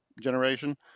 generation